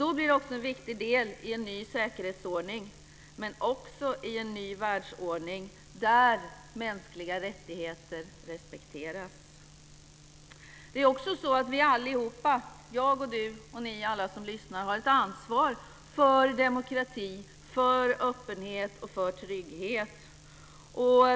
Det blir också en viktig del i en ny säkerhetsordning, men också i en ny världsordning, där mänskliga rättigheter respekteras. Det är också så att vi allihop, jag och du, ni alla som lyssnar, har ett ansvar för demokratin, för öppenhet och för trygghet.